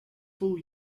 full